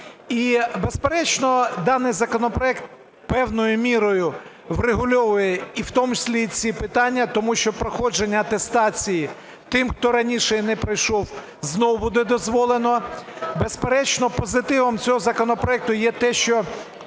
І безперечно, даний законопроект певною мірою врегульовує і в тому числі і ці питання, тому що проходження атестації тим, хто раніше її не пройшов, знову буде дозволено. Безперечно, позитивом цього законопроекту є те, що